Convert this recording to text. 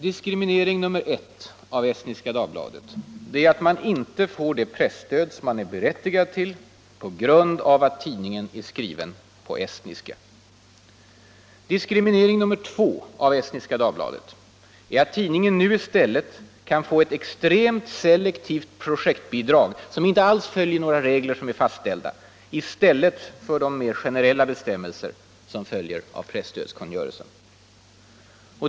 Diskriminering nummer 1 av Estniska Dagbladet är att tidningen, därför att den är skriven på estniska, inte får det presstöd som den är berättigad till. Diskriminering nummer 2 av Estniska Dagbladet är att tidningen nu i stället kan få ett extremt selektivt projektbidrag, som inte alls följer några fastställda regler såsom de mer generella bestämmelserna i pressstödskungörelsen.